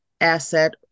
asset